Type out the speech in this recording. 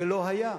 זה לא היה.